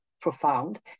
profound